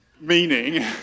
Meaning